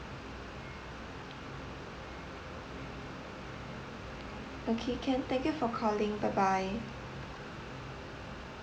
okay can thank you for calling bye bye